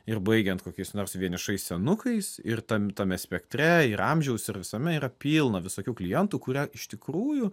ir baigiant kokiais nors vienišais senukais ir tam tame spektre ir amžiaus ir visame yra pilna visokių klientų kurie iš tikrųjų